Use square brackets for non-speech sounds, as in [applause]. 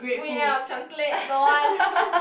不要 translate don't want [laughs]